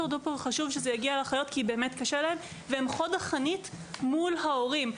חשוב שזה יגיע לאחיות כי באמת קשה להן והן חוד החנית אל מול ההורים.